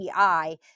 EI